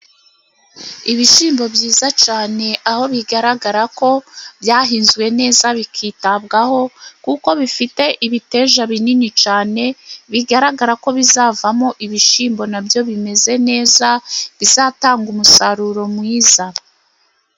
Ibishyimbo byiza cyane, aho bigaragara ko byahinzwe neza, bikitabwaho, kuko bifite ibiteja binini cyane, bigaragara ko bizavamo ibishyimbo nabyo bimeze neza, bizatanga umusaruro mwiza.